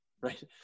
right